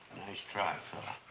nice try, fella.